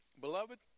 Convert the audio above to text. Beloved